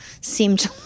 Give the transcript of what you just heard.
seemed